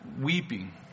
weeping